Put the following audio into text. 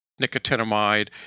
nicotinamide